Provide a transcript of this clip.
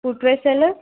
footwears అండి